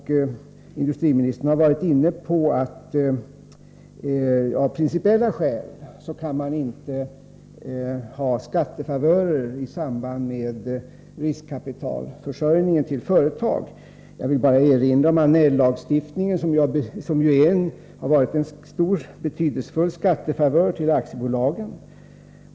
Industriministern har varit inne på att man av principiella skäl inte kan ha skattefavörer i samband med riskkapitalförsörjningen till företag. Jag vill bara erinra om Annell-lagstiftningen som ju har inneburit en stor betydelsefull skattefavör för aktiebolagen.